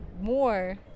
more